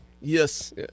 Yes